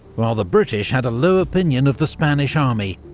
while the british had a low opinion of the spanish army,